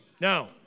No